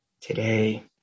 today